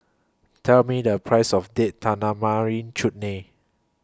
Tell Me The Price of Date Tamarind Chutney